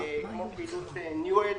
שדומה לפעילות ניו-אייג'